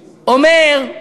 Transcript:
אומר: